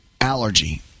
allergy